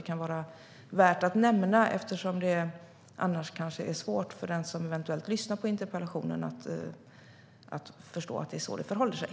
Det kan vara värt att nämna, eftersom det annars kanske är svårt för den som eventuellt lyssnar på interpellationsdebatten att förstå att det är så det förhåller sig.